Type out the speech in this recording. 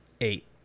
eight